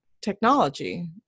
technology